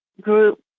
group